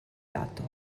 lato